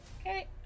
Okay